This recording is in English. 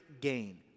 gain